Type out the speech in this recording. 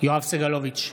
יואב סגלוביץ'